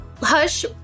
hush